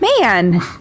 Man